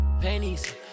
Pennies